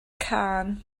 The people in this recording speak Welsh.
cân